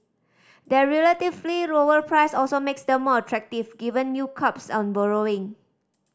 their relatively lower price also makes them more attractive given new curbs on borrowing